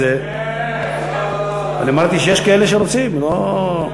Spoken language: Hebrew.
אני אמרתי שיש כאלה שרוצים, לא,